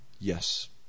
Yes